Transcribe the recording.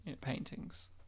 paintings